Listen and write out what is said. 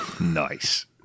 Nice